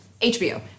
HBO